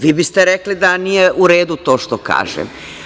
Vi biste rekli da nije u redu to što kažem.